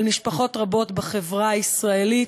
על משפחות רבות בחברה הישראלית,